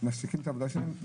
מפסיקים את העבודה שלהם,